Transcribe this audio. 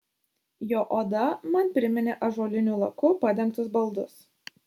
jo oda man priminė ąžuoliniu laku padengtus baldus